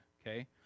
okay